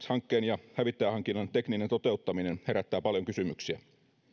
hankkeen ja hävittäjähankinnan tekninen toteuttaminen herättää paljon kysymyksiä